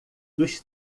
dos